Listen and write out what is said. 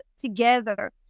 together